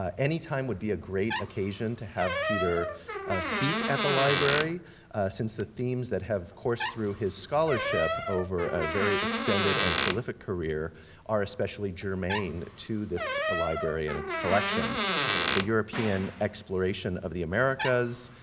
ah anytime would be a great occasion to have peter speak at the library since the themes that have coursed through his scholarship over a very extended and prolific career are especially germane to this ah library and its collection the european exploration of the americas,